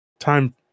Time